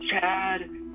Chad